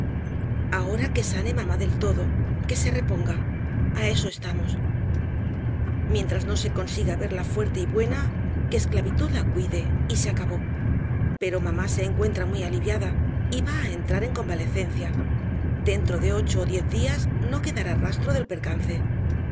ahora que sane mamá del todo que se reponga á eso estamos mientras no se consiga verla fuerte y buena que esclavitud la cuide y se acabó pero mamá se encuentra muy aliviada y va á entrar en convalecencia dentro de ocho ó diez días no quedará rastro del percance